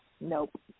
Nope